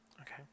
Okay